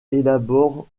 élabore